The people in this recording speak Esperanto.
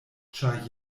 ĉar